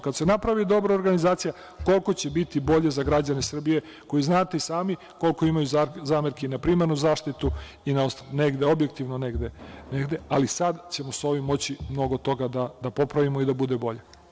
Kada se napravi dobra organizacija, koliko će biti bolje za građane Srbije, koji znate i sami koliko imaju zamerki na primarnu zaštitu i negde objektivno, ali sada ćemo sa ovim moći mnogo toga da popravimo i da bude bolje.